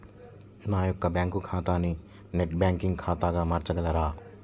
నా యొక్క బ్యాంకు ఖాతాని నెట్ బ్యాంకింగ్ ఖాతాగా మార్చగలరా?